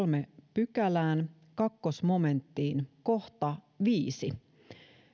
pykälän toiseen momenttiin viides kohta